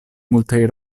multaj